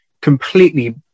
completely